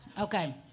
Okay